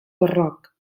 barroc